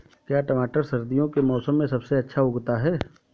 क्या टमाटर सर्दियों के मौसम में सबसे अच्छा उगता है?